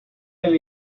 del